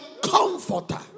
comforter